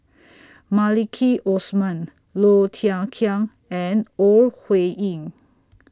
Maliki Osman Low Thia Khiang and Ore Huiying